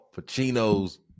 Pacino's